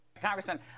Congressman